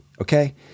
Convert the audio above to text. Okay